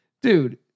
Dude